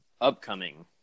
upcoming